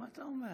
מה אתה אומר?